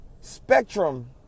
spectrum